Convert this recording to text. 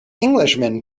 englishman